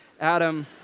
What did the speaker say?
Adam